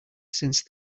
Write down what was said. since